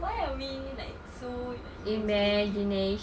why are we like so like imaginative